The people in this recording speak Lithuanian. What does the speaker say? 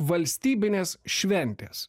valstybinės šventės